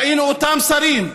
ראינו את אותם שרים,